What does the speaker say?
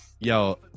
Yo